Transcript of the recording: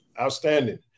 Outstanding